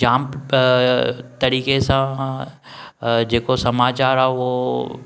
जाम तरीक़े सां जेको समाचारु आहे उहो